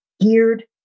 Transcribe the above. geared